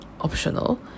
optional